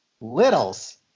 littles